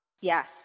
Yes